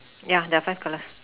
ya there are five columns